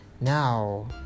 Now